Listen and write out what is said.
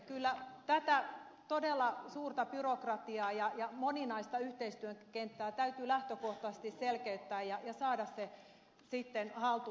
kyllä tätä todella suurta byrokratiaa ja moninaista yhteistyön kenttää täytyy lähtökohtaisesti selkeyttää ja saada se sitten haltuun